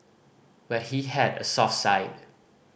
but he had a soft side